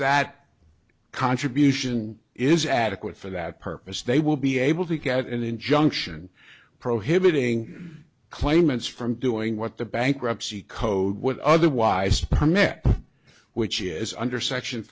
that contribution is adequate for that purpose they will be able to get an injunction prohibiting claimants from doing what the bankruptcy code would otherwise which is under section